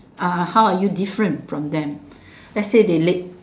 ah how are you different from them let's say they leh